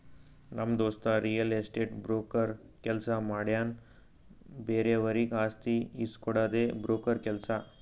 ನಮ್ ದೋಸ್ತ real estate broker ಕೆಲ್ಸ ಮಾಡ್ತಾನ್ ಬೇರೆವರಿಗ್ ಆಸ್ತಿ ಇಸ್ಕೊಡ್ಡದೆ ಬ್ರೋಕರ್ ಕೆಲ್ಸ